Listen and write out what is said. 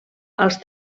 als